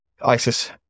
ISIS